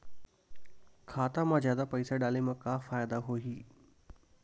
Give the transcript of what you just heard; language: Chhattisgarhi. खाता मा जादा पईसा डाले मा का फ़ायदा होही?